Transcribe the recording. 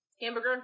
Hamburger